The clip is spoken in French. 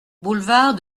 boulevard